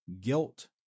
guilt